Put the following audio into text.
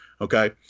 Okay